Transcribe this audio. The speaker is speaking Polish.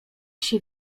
się